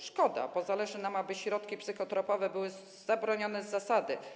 Szkoda, bo zależy nam, aby środki psychotropowe były zabronione z zasady.